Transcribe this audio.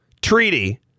treaty